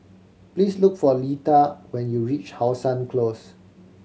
please look for Leta when you reach How Sun Close